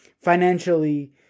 financially